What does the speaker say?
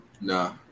Nah